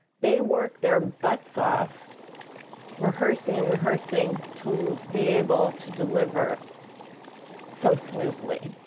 they work their butts off rehearsing and rehearsing to be able to deliver so smoothly.